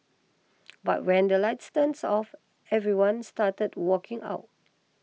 but when the lights turns off everyone started walking out